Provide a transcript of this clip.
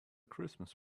christmas